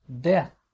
death